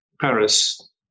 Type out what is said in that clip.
Paris